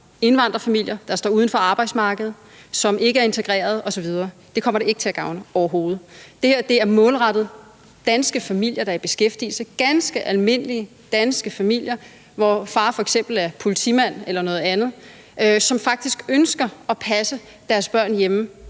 indvandrerfamilier, der står uden for arbejdsmarkedet, og som ikke er integreret osv. Dem kommer det ikke til at gavne overhovedet. Det her er målrettet danske familier, der er i beskæftigelse, ganske almindelige danske familier, hvor far f.eks. er politimand eller noget andet, som faktisk ønsker at passe deres børn hjemme